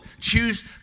choose